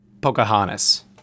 Pocahontas